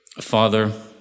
Father